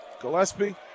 Gillespie